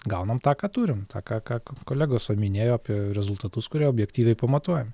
gaunam tą ką turim tą ką ką k kolegos va minėjo apie rezultatus kurie objektyviai pamatuojami